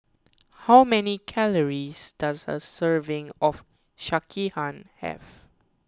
how many calories does a serving of Sekihan have